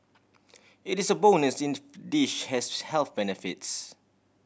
it is a bonus in dish has health benefits